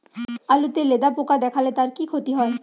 আলুতে লেদা পোকা দেখালে তার কি ক্ষতি হয়?